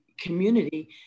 community